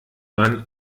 man